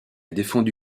défendu